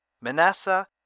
Manasseh